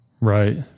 Right